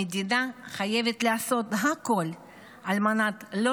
המדינה חייבת לעשות הכול על מנת לא